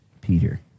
Peter